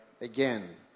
again